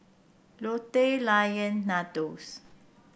Lotte Lion Nandos